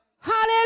Hallelujah